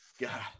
God